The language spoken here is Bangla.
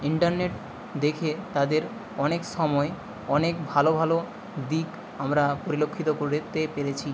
ইন্টারনেট দেখে তাদের অনেক সময় অনেক ভালো ভালো দিক আমরা পরিলক্ষিত করতে পেরেছি